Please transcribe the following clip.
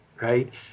right